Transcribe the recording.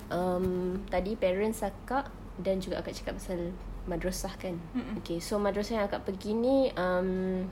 um tadi parents akak dan juga akak cakap pasal madrasah kan okay so madrasah yang akak pergi ini um